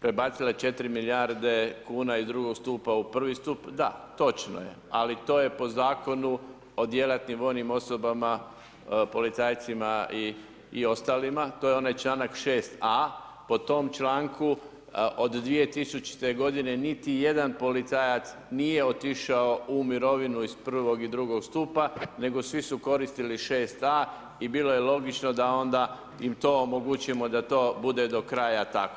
prebacila 4 milijarde kuna iz drugog stupa u prvi stup, da, točno je, ali to je po Zakonu o djelatnim vojnim osobama, policajcima i ostalima, to je onaj čl. 6a,. po tom članku od 2000.-te godine niti jedan policajac nije otišao u mirovinu iz prvog i drugog stupa, nego svi su koristili 6a. i bilo je logično da onda im to omogućimo da to bude do kraja tako.